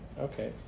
okay